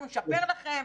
אנחנו נשפר לכם,